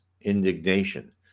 indignation